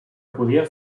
podia